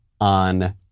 on